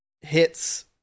hits